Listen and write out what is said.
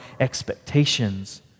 expectations